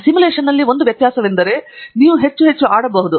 ಸಿಮ್ಯುಲೇಶನ್ನಲ್ಲಿ ಒಂದೇ ವ್ಯತ್ಯಾಸವೆಂದರೆ ನೀವು ಹೆಚ್ಚು ಹೆಚ್ಚು ಆಡಬಹುದು